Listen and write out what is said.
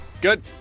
good